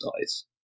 dies